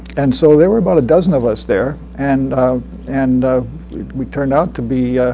and so there were about a dozen of us there, and and we turned out to be